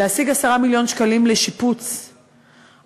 להשיג 10 מיליון שקלים לשיפוץ המחלקה,